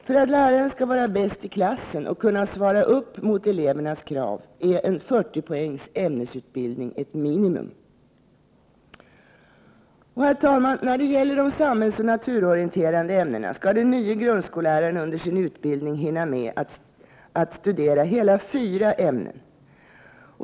För att läraren skall vara bäst i klassen och kunna svara upp mot elevernas krav är en 40-poängs ämnesutbildning ett minimum. Herr talman! När det gäller de samhällsoch naturorienterade ämnena skall den nya grundskolläraren under sin utbildning hinna med att studera hela fyra ämnen.